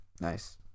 Nice